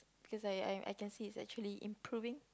because I I I can see its actually improving